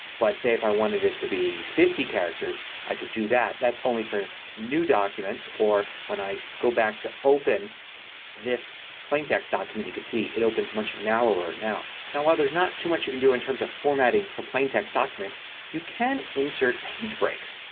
but say if i wanted it to be fifty characters i could do that. that's only for new documents or when i go back to open this plain text document you can see it opens much narrower now. now while there's not too much you can do in terms of formatting for plain text documents you can insert page breaks.